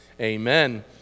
Amen